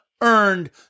earned